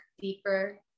deeper